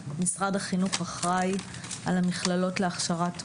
משרד החינוך אחראי על המכללות להכשרת מורים,